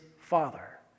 father